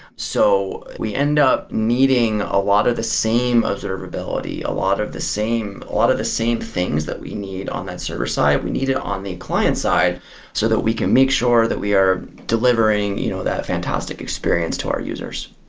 so, we end up needing a lot of the same observability, a lot of the same observability, a lot of the same things that we need on that server-side. we need it on the client side so that we can make sure that we are delivering you know that fantastic experience to our users.